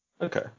Okay